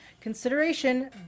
Consideration